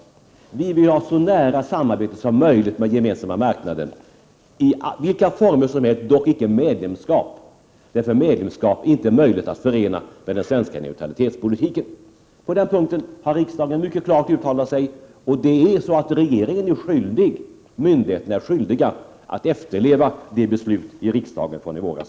Sverige vill ha så nära samarbete som möjligt med den gemensamma marknaden i vilka former som helst, dock icke i form av medlemskap, eftersom medlemskap inte är möjligt att förena med den svenska neutralitetspolitiken. På denna punkt har riksdagen uttalat sig mycket klart. Regeringen och myndigheterna är skyldiga att efterleva riksdagens beslut från i våras.